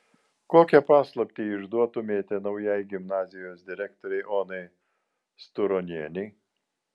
kokią paslaptį išduotumėte naujajai gimnazijos direktorei onai sturonienei